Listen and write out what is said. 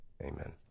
amen